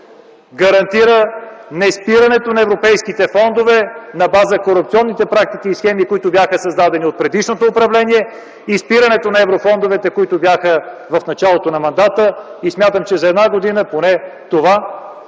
гарантира неспирането на европейските фондове на база корупционните практики и схеми, които бяха създадени от предишното управление, и спирането на еврофондовете, което стана в началото на мандата. Смятам, че за една година поне това